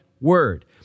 word